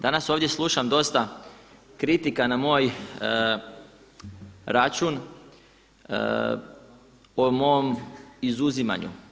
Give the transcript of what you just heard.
Danas ovdje slušam dosta kritika na moj račun o mom izuzimanju.